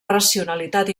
racionalitat